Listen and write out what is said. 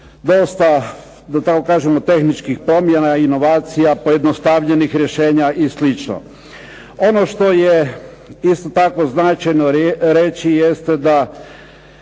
dosta da tako kažemo tehničkih promjena inovacija, pojednostavljenih rješenje i slično. Ono što je isto tako značajno reći, jeste da